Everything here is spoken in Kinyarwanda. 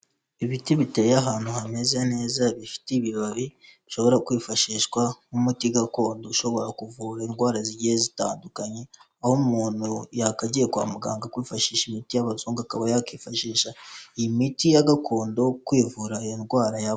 Ibiti biteye ahantu hameze neza bifite ibibabi bishobora kwifashishwa nk'umuti gakondo ushobora kuvura indwara zigiye zitandukanye, aho umuntu yakagiye kwa muganga kwifashisha imiti y'abazungu akaba yakifashisha miti ya gakondo kwivura iyo ndwara ya vuba.